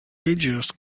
ages